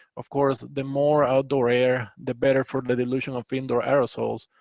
of course, the more outdoor air, the better for the dilution of indoor aerosols,